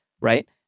right